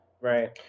Right